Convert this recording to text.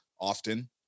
often